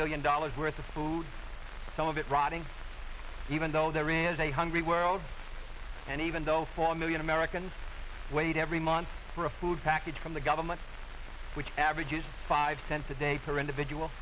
billion dollars worth of food some of it rotting food even though there is a hungry world and even though four million americans wait every month for a food package from the governments which averages five cents a day for individual